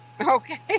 okay